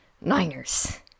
Niners